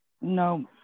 No